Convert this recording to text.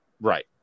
Right